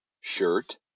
Shirt